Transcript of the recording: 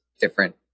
different